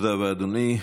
תודה רבה, אדוני.